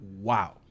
wow